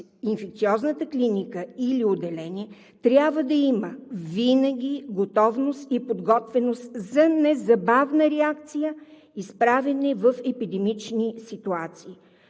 „Инфекциозната клиника или отделение винаги трябва да има готовност и подготвеност за незабавна реакция и справяне в епидемични ситуации.“